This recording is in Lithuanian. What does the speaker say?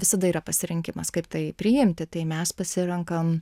visada yra pasirinkimas kaip tai priimti tai mes pasirenkam